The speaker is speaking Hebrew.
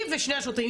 היא ושני השוטרים.